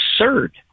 absurd